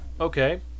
okay